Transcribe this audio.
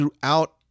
throughout